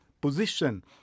position